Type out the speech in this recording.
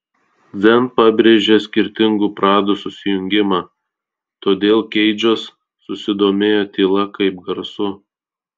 dzen pabrėžia skirtingų pradų susijungimą todėl keidžas susidomėjo tyla kaip garsu